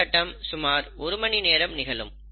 இந்தக் கட்டம் சுமார் ஒரு மணி நேரம் நிகழும்